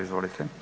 Izvolite.